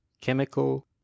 chemical